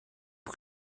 den